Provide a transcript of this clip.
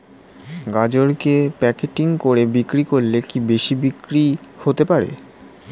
গাজরকে প্যাকেটিং করে বিক্রি করলে কি বেশি বিক্রি হতে পারে?